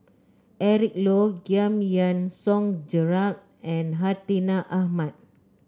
Eric Low Giam Yean Song Gerald and Hartinah Ahmad